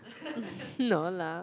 no lah